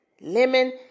lemon